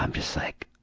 um just like,